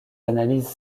analyses